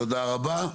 תודה רבה.